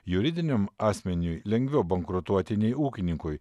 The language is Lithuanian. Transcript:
juridiniam asmeniui lengviau bankrutuoti nei ūkininkui